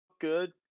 Good